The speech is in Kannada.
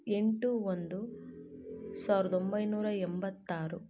ಎಂಟು ಒಂದು ಸಾವಿರದ ಒಂಬೈನೂರ ಎಂಬತ್ತಾರು